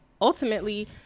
ultimately